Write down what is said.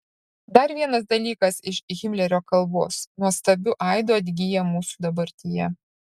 dar vienas dalykas iš himlerio kalbos nuostabiu aidu atgyja mūsų dabartyje